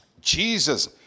Jesus